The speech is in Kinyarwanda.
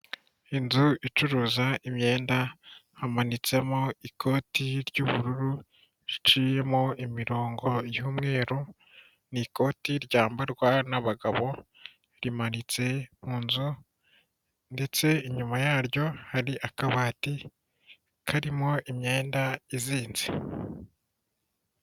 Inzu icuruza imyenda hamanitsemo ikoti ry'ubururu riciyemo imirongo y'umweru, ni ikoti ryambarwa n'abagabo, rimanitse mu nzu ndetse inyuma yaryo hari akabati karimo imyenda izinze.